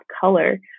color